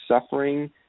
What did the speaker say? suffering